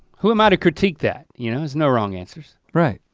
who am i to critique that, you know, there's no wrong answers. right,